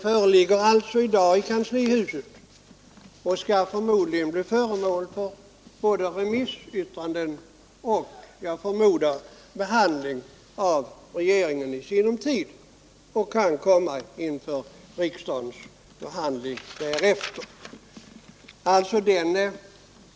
Betänkandet ligger i dag i kanslihuset och skall antagligen bli föremål för både remissyttranden och, förmodar jag, i sinom tid för regeringens behandling, så att det därefter kan komma ett förslag på riksdagens bord.